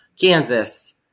Kansas